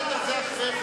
בסדר, זה אחרי זה.